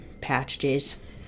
Patches